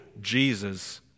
Jesus